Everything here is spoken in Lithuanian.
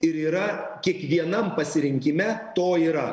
ir yra kiekvienam pasirinkime to yra